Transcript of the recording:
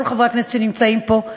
מכל חברי הכנסת שנמצאים פה,